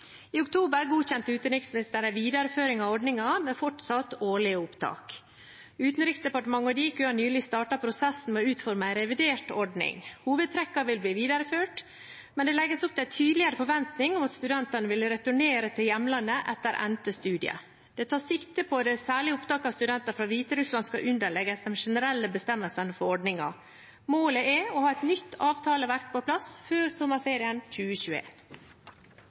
I oktober godkjente utenriksministeren en videreføring av ordningen, med fortsatt årlige opptak. Utenriksdepartementet og Diku har nylig startet prosessen med å utforme en revidert ordning. Hovedtrekkene vil bli videreført, men det legges opp til en tydeligere forventning om at studentene vil returnere til hjemlandet etter endte studier. Det tas sikte på at det særlige opptaket av studenter fra Hviterussland skal underlegges de generelle bestemmelsene for ordningen. Målet er å ha et nytt avtaleverk på plass før sommerferien